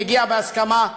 מגיע בהסכמה,